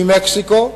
ממקסיקו,